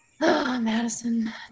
Madison